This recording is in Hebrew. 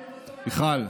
מיכל,